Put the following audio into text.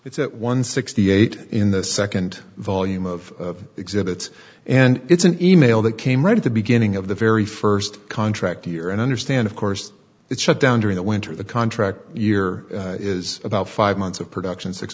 it's at one sixty eight in the second volume of exhibits and it's an e mail that came right at the beginning of the very first contract year and understand of course that shut down during the winter the contract year is about five months of production six